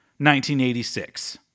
1986